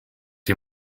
you